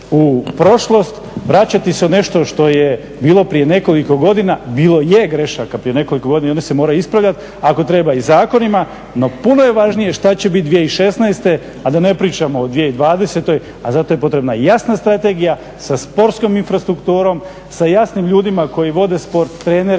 u prošlost, vraćati se u nešto što je bilo prije nekoliko godina. Bilo je grešaka prije nekoliko godina i one se moraju ispravljati ako treba i zakonima. No, puno je važnije što će biti 2016. a da ne pričamo o 2020. a zato je potrebna jasna strategija sa sportskom infrastrukturom, sa jasnim ljudima koji vode sport, trenerima